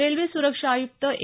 railway सुरक्षा आयुक्त ए